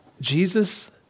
Jesus